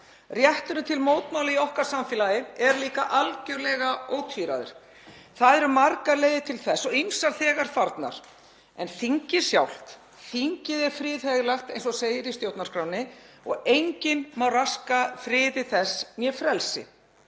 Rétturinn til mótmæla í okkar samfélagi er líka algerlega ótvíræður. Það eru margar leiðir til þess og ýmsar þegar farnar, en þingið sjálft er friðheilagt eins og segir í stjórnarskránni og enginn má raska friði þess né frelsi,